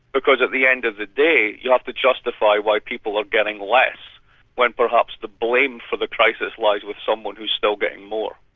because at the end of the day you have to justify why people are getting less when perhaps the blame for the crisis lies with someone who's still getting more.